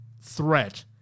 threat